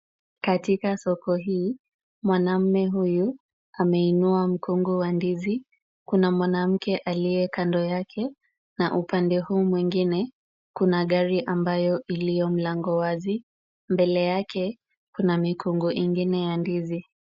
Katika soko hii, mwanamme huyu ameinua mkungu wa ndizi kuna mwanamke aliye kando yake, na upande huu mwingine kuna gari ambayo iliyo mlango wazi, mbele yake kuna mikungu ingine ya ndizi.